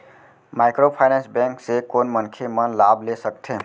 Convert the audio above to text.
Microfinance bank से कोन मनखे मन लाभ ले सकथे?